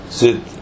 sit